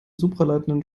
supraleitenden